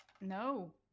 no